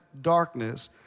Darkness